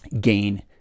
gain